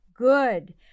good